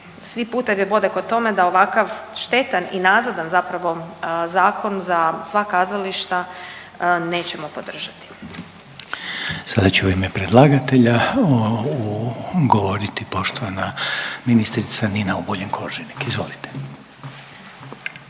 svi putevi vode ka tome da ovakav štetan i nazadan zapravo zakon za sva kazališta nećemo podržati. **Reiner, Željko (HDZ)** Sada će u ime predlagatelja govoriti poštovana ministrica Nina Obuljen Koržinek. Izvolite.